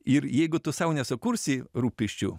ir jeigu tu sau nesukursi rūpesčių